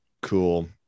Cool